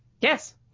Yes